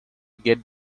get